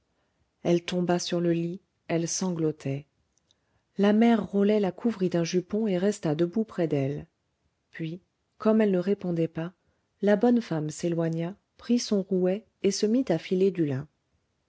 elle tomba sur le lit elle sanglotait la mère rolet la couvrit d'un jupon et resta debout près d'elle puis comme elle ne répondait pas la bonne femme s'éloigna prit son rouet et se mit à filer du lin